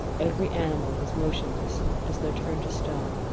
every animal was motionless as though turned to stone.